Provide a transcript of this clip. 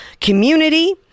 community